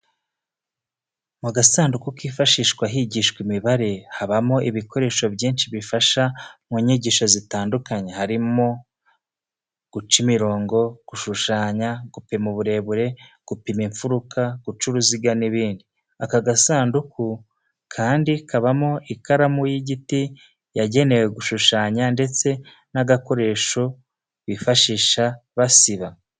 Mu gasanduku kifashishwa higishwa imibare habamo ibikoresho byinshi bifasha mu nyigisho zitandukanye harimo: guca imirongo, gushushanya, gupima uburebure, gupima imfuruka, guca uruziga n'ibindi. Aka gasanduku kandi habamo ikaramu y'igiti yagenewe gushushanya ndetse n'agakoresho bifashisha basiba.